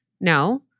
No